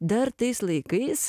dar tais laikais